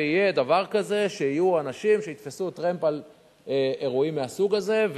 ויהיה דבר כזה שיהיו אנשים יתפסו טרמפ על אירועים מהסוג הזה,